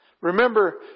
Remember